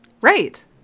Right